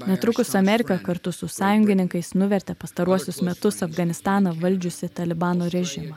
netrukus amerika kartu su sąjungininkais nuvertė pastaruosius metus afganistaną valdžiusį talibano režimą